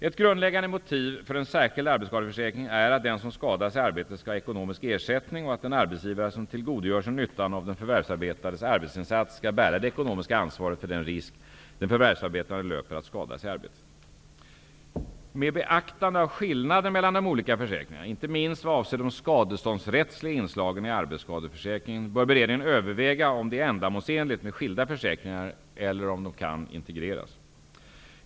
Ett grundläggande motiv för en särskild arbetsskadeförsäkring är att den som skadas i arbetet skall ha ekonomisk ersättning och att den arbetsgivare som tillgodogör sig nyttan av den förvärvsarbetandes arbetsinsats skall bära det ekonomiska ansvaret för den risk den förvärvsarbetande löper att skada sig i arbetet. Med beaktande av skillnaden mellan de olika försäkringarna, inte minst vad avser de skadeståndsrättsliga inslagen i arbetsskadeförsäkringen, bör beredningen överväga om det är ändamålsenligt med skilda försäkringar eller om de kan integreras.